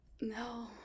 No